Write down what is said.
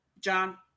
John